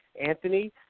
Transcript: anthony